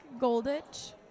Golditch